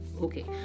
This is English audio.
okay